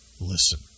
listen